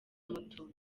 moto